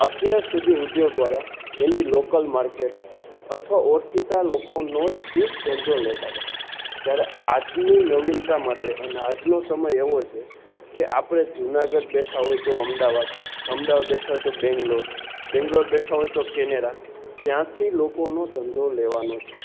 અત્યાર સુધી ઉદ્યોગવાળા એની લોકલ માર્કેટ અથવા ઓળખીતા લોકોનોથી જ ધંધો લેતા તા જ્યારે આજની નવીનતા માટે અને આજનો સમય એવો છે કે આપણે જુનાગઢ બેઠા હોય તો અમદાવાદ અમદાવાદ બેઠા હોય તો બેંગ્લોર બેંગ્લોર બેઠા હોય તો કેનેડા ત્યાંથી લોકોનો ધંધો લેવાનો છે